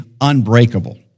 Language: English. unbreakable